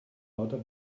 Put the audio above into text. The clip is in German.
lauter